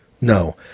No